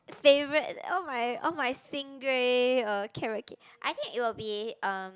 favourite oh my oh my stringray or carrot-cake I think it will be um